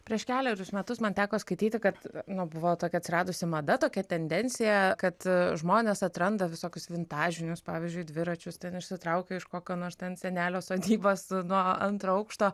prieš kelerius metus man teko skaityti kad nu buvo tokia atsiradusi mada tokia tendencija kad žmonės atranda visokius vintažinius pavyzdžiui dviračius ten išsitraukia iš kokio nors ten senelio sodybos nuo antro aukšto